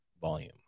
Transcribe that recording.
volume